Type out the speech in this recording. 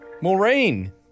maureen